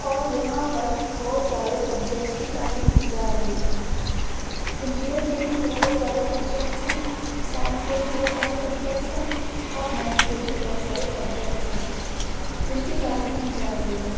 اور یہاں پر بہت سارے سبجیکٹس کی تعلیم دی جا رہی ہے انجینیئر کے بھی بہت سارے سبجیکٹس ہیں سائنس کے بھی بہت سارے سبجیکٹس ہیں اور میتھس کے بھی بہت سارے سبجیکٹس ہیں جن کی تعلیم دی جا رہی ہیں